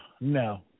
No